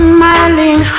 Smiling